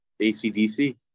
ACDC